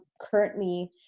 currently